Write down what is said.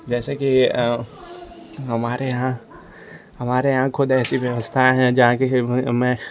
जैसे कि हमारे यहाँ हमारे यहाँ खुद ऐसी व्यवस्थाएँ हैं जहाँ कि फिर में